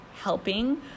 helping